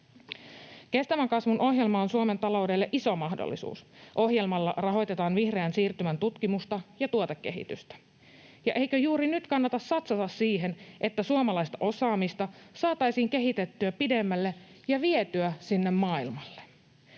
Kestävän kasvun ohjelma on Suomen taloudelle iso mahdollisuus. Ohjelmalla rahoitetaan vihreän siirtymän tutkimusta ja tuotekehitystä. Eikö juuri nyt kannata satsata siihen, että suomalaista osaamista saataisiin kehitettyä pidemmälle ja vietyä sinne maailmalle?